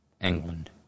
England